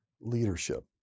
leadership